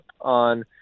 on